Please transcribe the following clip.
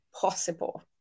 possible